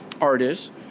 artists